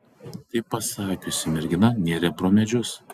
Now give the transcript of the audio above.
tai pasakiusi mergina nėrė pro medžius